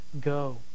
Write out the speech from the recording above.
go